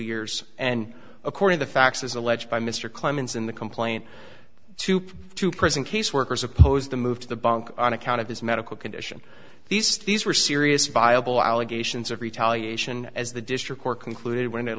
years and according the facts as alleged by mr clemens in the complaint to present case workers opposed the move to the bank on account of his medical condition these these were serious viable allegations of retaliation as the district court concluded when it